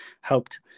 helped